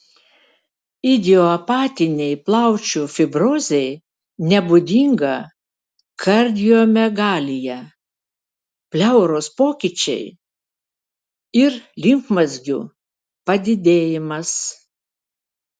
idiopatinei plaučių fibrozei nebūdinga kardiomegalija pleuros pokyčiai ir limfmazgių padidėjimas